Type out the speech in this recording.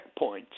checkpoints